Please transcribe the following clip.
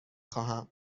خواهم